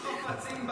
אסור להוציא חפצים,